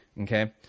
okay